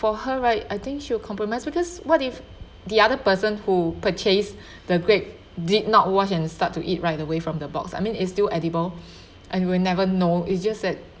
for her right I think she will compromise because what if the other person who purchased the grape did not wash and start to eat right away from the box I mean it's still edible and we never know it's just that